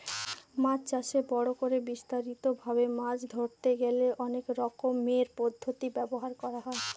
মাছ চাষে বড় করে বিস্তারিত ভাবে মাছ ধরতে গেলে অনেক রকমের পদ্ধতি ব্যবহার করা হয়